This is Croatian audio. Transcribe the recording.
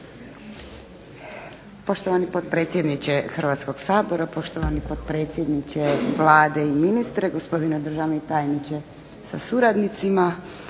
Poštovani potpredsjedniče Hrvatskog sabora, poštovani potpredsjedniče Vlade i ministre, gospodine državni tajniče sa suradnicima,